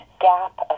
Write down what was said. gap